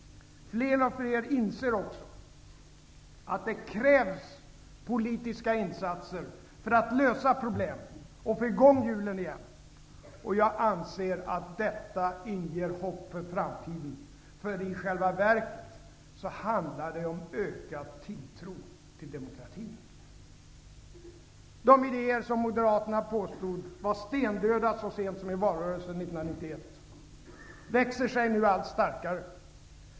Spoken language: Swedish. Fler och fler inser också att det krävs politiska insatser för att lösa problem och få i gång hjulen igen. Jag anser att det inger hopp för framtiden, därför att det i själva verket handlar om ökad tilltro till demokratin. De idéer som Moderaterna så sent som i valrörelsen 1991 påstod var stendöda växer sig nu allt starkare.